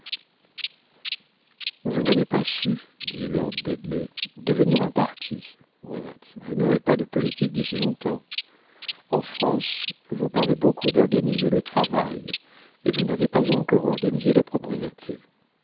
vous n'avez pas su dit lord dudley devenir un parti vous n'aurez pas de politique d'ici longtemps en france vous parlez beaucoup d'organiser le travail et vous n'avez pas encore organisé la propriété